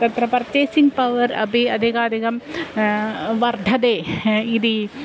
तत्र purchasing power अपि अदधिकाधिकं वर्धते इति